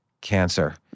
cancer